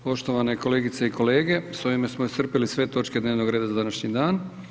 Poštovane kolegice i kolege, s ovime smo iscrpili sve točke dnevnog reda za današnji dan.